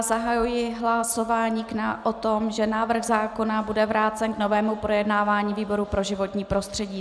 Zahajuji hlasování o tom, že návrh zákona bude vrácen k novému projednávání výboru pro životní prostředí.